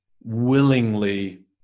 willingly